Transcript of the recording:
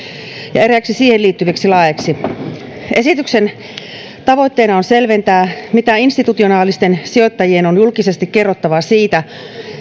ja eräiksi siihen liittyviksi laeiksi esityksen tavoitteena on selventää mitä institutionaalisten sijoittajien on julkisesti kerrottava siitä